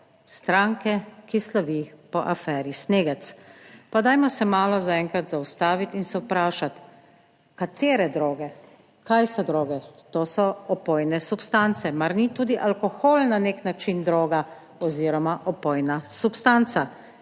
stranke, ki slovi po aferi snegec. Pa dajmo se malo za enkrat zaustaviti in se vprašati, katere droge, kaj so droge. To so opojne substance. Mar ni tudi alkohol na nek način droga oziroma opojna substanca?